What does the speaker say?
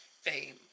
fame